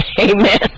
amen